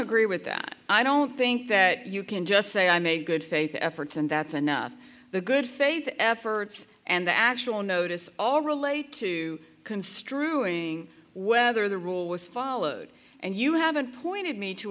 agree with that i don't think that you can just say i'm a good faith efforts and that's enough the good faith efforts and the actual notice all relate to construing whether the rule was followed and you haven't pointed me to